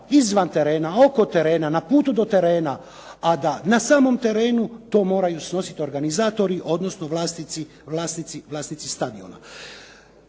izvan terena, oko terena, na putu do terena, a da na samom terenu to moraju snositi organizatori, odnosno vlasnici stadiona.